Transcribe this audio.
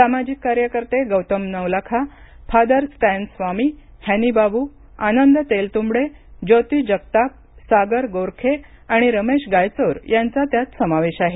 सामाजिक कार्यकर्ते Gautam Navlakha father Stan Swamy Hany Babu Anand Teltumbde Jyoti Jagtap Sagar Gorkhe आणि रमेश गायचोर यांचा यात समावेश आहे